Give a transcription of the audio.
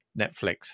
Netflix